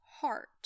heart